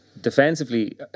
Defensively